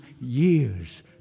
years